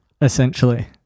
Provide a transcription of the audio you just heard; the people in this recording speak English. essentially